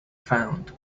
found